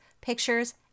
pictures